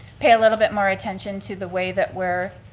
pay a little bit more attention to the way that we're.